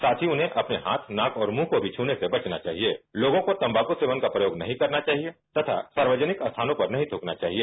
साथ ही उन्हें अपने नाक और मुंह को भी छूने से बचना चाहिए लोगों को तम्बाकू सेवन का प्रयोग नहीं करना चाहिए तथा सार्वजनिक स्थानों पर नहीं थूकना चाहिए